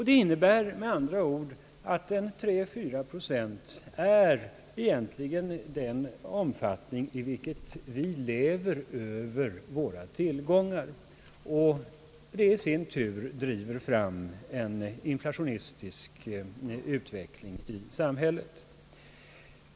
Det innebär med andra ord att 3—4 procent egentligen är den omfattning i vilken vi lever över våra tillgångar. Det i sin tur driver fram en inflationistisk utveckling i samhället.